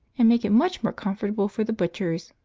and make it much more comfortable for the butchers!